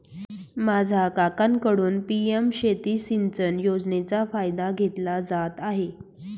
माझा काकांकडून पी.एम शेती सिंचन योजनेचा फायदा घेतला जात आहे